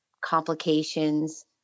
complications